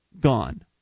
gone